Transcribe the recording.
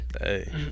Hey